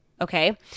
Okay